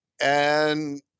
And-